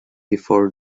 before